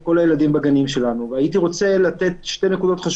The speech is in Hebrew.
ואני גם מברכת את היוזמה הזו,